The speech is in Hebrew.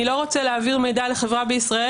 אני לא רוצה להעביר מידע לחברה בישראל,